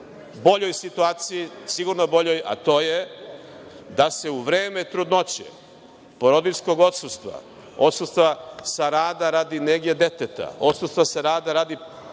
boljoj situaciji, sigurno boljom, a to je da se u vreme trudnoće, porodiljskog odsustva, odsustva sa rada radi nege deteta, odsustva sa rada radi